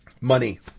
Money